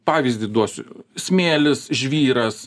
pavyzdį duosiu smėlis žvyras